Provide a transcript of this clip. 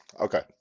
okay